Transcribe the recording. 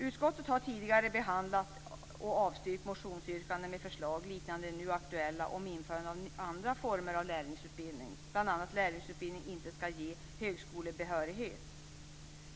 Utskottet har tidigare behandlat och avstyrkt motionsyrkanden med förslag liknande de nu aktuella om införande av andra former av lärlingsutbildning, bl.a. att lärlingsutbildning inte ska ge högskolebehörighet.